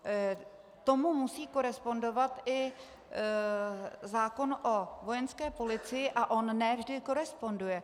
S tím musí korespondovat i zákon o Vojenské policii, a on ne vždy koresponduje.